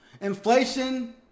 Inflation